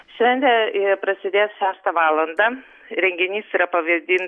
šventė prasidės šeštą valandą renginys yra pavyzdys